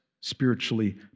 spiritually